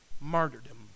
martyrdom